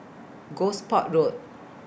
Gosport Road